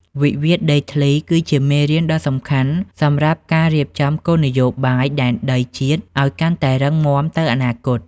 វិវាទដីធ្លីគឺជាមេរៀនដ៏សំខាន់ សម្រាប់ការរៀបចំគោលនយោបាយដែនដីជាតិឱ្យកាន់តែរឹងមាំទៅអនាគត។